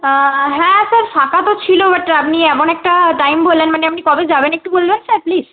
হ্যাঁ স্যার ফাঁকা তো ছিল বাট আপনি এমন একটা টাইম বললেন মানে আপনি কবে যাবেন একটু বলবেন স্যার প্লিজ